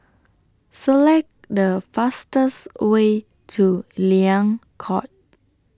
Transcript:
Select The fastest Way to Liang Court